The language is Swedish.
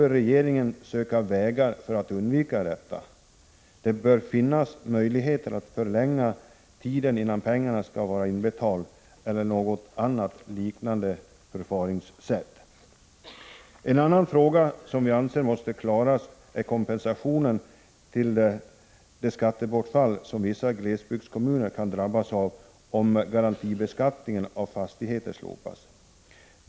Regeringen bör söka vägar att undvika detta. Det bör finnas möjlighet att förlänga tiden innan pengarna skall vara inbetalda, eller att tillämpa något annat liknande förfaringssätt. En annan fråga som vi anser måste klaras är kompensation för det skattebortfall som vissa glesbygdskommuner kan drabbas av om garantibeskattningen av fastigheter slopas.